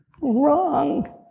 wrong